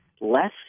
less